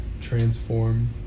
transform